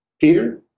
Peter